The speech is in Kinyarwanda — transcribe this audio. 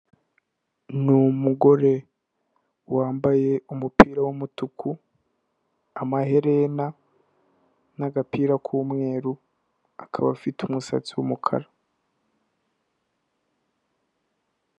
Ni umugore wambaye umupira w'umutuku, amaherena, n'agapira k'umweru, akaba afite umusatsi w'umukara.